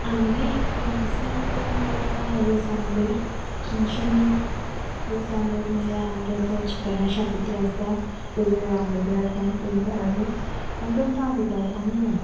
आमच्या हांगा फेमस आसा तें म्हणल्यार रोस आमलेट जी रस आमलेट म्हणल्यार आमचो तो चिकना शाकोती आसता ताचेर आमलेट घालताय आनी ताचे बाराबर आनी दोन पावां दिता आनी हे